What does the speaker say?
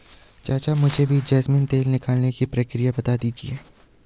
चाचा मुझे भी जैस्मिन तेल निकालने की प्रक्रिया बता दीजिए